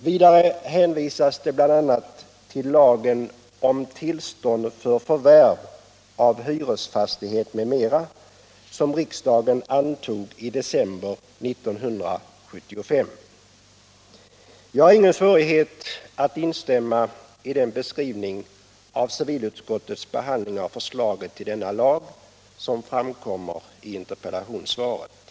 Vidare hänvisas det bl.a. till lagen om förvärv av hyresfastighet, som riksdagen antog i december 1975. Jag har ingen svårighet att instämma i den beskrivning av civilutskottets behandling av förslaget till denna lag som framkommer i interpellationssvaret.